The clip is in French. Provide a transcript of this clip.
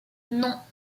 non